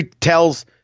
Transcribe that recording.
tells